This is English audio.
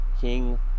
king